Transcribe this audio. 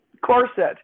corset